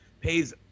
pays